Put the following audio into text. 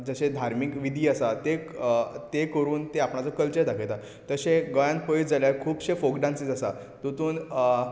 जशे धार्मीक विधी आसात ताका ते करून ते आपणाचो कल्चर दाखयता तशे गोंयांतन पळयत जाल्यार खुबशे फोक डांसीस आसा तोतून